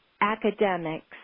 academics